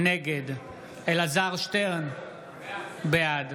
נגד אלעזר שטרן, בעד